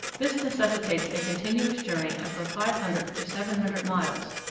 this necessitates a continuous journey of from five hundred to seven hundred miles.